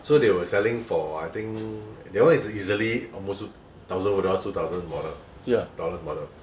so they were selling for I think that one is easily almost t~ thousand over dollars two thousand model thousand model